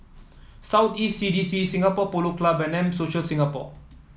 South East C D C Singapore Polo Club and M Social Singapore